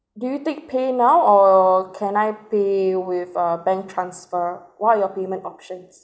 do you take paynow or can I pay with uh bank transfer what are your payment options